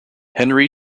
henry